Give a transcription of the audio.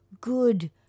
good